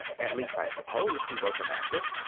at least i supposed he was an actor.